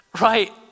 right